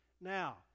Now